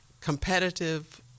competitive